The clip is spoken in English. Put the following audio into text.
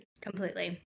Completely